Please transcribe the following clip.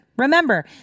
Remember